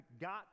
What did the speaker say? got